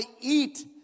eat